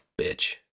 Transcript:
bitch